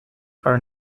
are